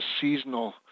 seasonal